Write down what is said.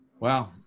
Wow